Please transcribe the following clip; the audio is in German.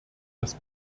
das